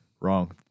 Wrong